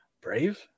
brave